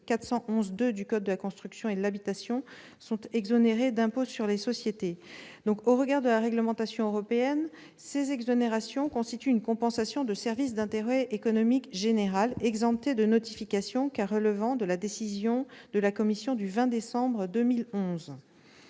411-2 du code de la construction et de l'habitation sont exonérés d'impôt sur les sociétés. Au regard de la réglementation européenne, ces exonérations constituent une compensation de service d'intérêt économique général exemptée de notification, car elles relèvent de la décision de la Commission du 20 décembre 2011.